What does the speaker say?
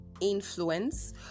Influence